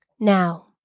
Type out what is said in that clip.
Now